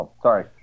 sorry